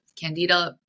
candida